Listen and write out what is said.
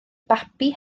babi